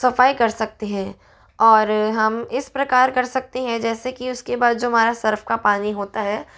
सफ़ाई कर सकते हैं और हम इस प्रकार कर सकते हैं जैसे कि उसके बाद जो हमारा सर्फ़ का पानी होता है